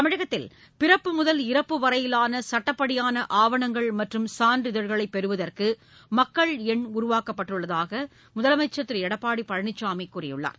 தமிழகத்தில் பிறப்பு முதல் இறப்பு வரையிலான சட்டப்படியான ஆவணங்கள் மற்றும் சான்றிதழ்களை பெறுவதற்கு மக்கள் எண் உருவாக்கப்பட்டுள்ளதாக முதலமைச்சா் திரு எடப்பாடி பழனிசாமி கூறியுள்ளார்